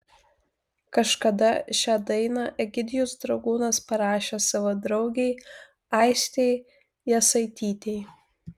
kažkada šią dainą egidijus dragūnas parašė savo draugei aistei jasaitytei